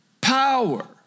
power